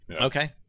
Okay